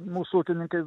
mūsų ūkininkai